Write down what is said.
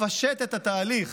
לפשט את התהליך